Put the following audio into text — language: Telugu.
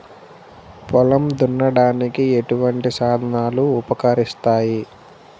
పొలం దున్నడానికి ఎటువంటి సాధనలు ఉపకరిస్తాయి?